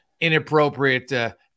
inappropriate